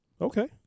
Okay